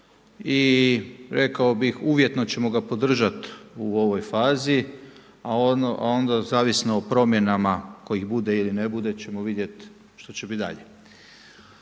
i rekao bih uvjetno ćemo ga podržati u ovoj fazi a onda zavisno o promjenama kojih bude ili ne bude ćemo vidjeti što će biti dalje.